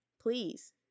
please